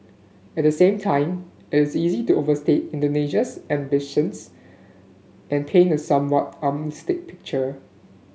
at the same time it is easy to overstate Indonesia's ambitions and paint a somewhat alarmist picture